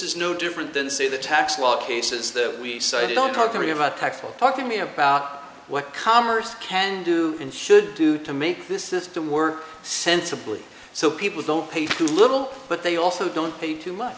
is no different than say the tax law cases that we cited i'm talking about tactful talking me about what commerce can do and should do to make this system work sensibly so people don't pay too little but they also don't pay too much